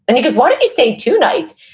and he goes, why don't you stay two nights?